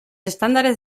estándares